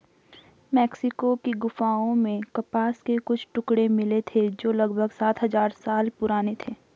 Mexico की गुफाओं में कपास के कुछ टुकड़े मिले थे जो लगभग सात हजार साल पुराने थे